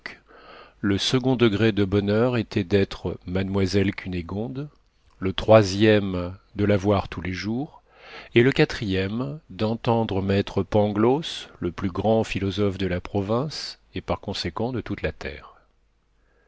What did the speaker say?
le second degré de bonheur était d'être mademoiselle cunégonde le troisième de la voir tous les jours et le quatrième d'entendre maître pangloss le plus grand philosophe de la province et par conséquent de toute la terre